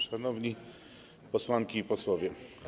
Szanowni Posłanki i Posłowie!